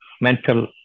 mental